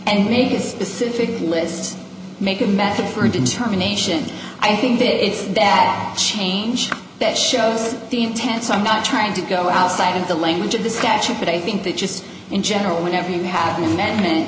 and make a specific list make a method for determination i think it is bad change that shows the intent some not trying to go outside of the language of the statute but i think that just in general whenever you have an amen